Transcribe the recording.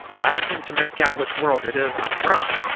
i don't seem to make out which world it is i'm from.